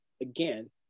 again